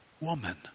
woman